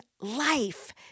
life